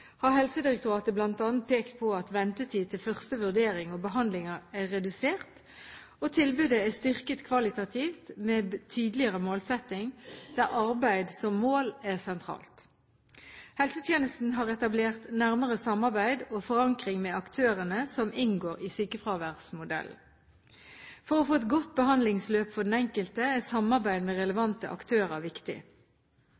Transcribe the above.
har Helsedirektoratet bl.a. pekt på at ventetid til første vurdering og behandling er redusert, og tilbudet er styrket kvalitativt, med tydeligere målsetting der arbeid som mål er sentralt. Helsetjenesten har etablert nærmere samarbeid og forankring med aktørene som inngår i sykefraværsmodellen. For å få et godt behandlingsløp for den enkelte er samarbeid med